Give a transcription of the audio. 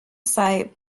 sight